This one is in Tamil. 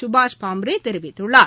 சுபாஷ் பாம்ரே தெரிவித்துள்ளார்